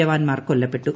ജവാൻമാർ കൊല്ലപ്പെട്ടു